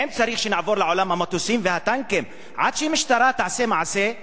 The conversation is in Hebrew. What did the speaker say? היה צריך שנעבור לעולם המטוסים והטנקים עד שהמשטרה תעשה מעשה.